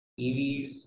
EVs